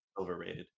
Overrated